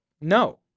No